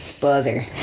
buzzer